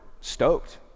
stoked